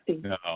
No